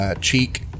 cheek